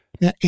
Now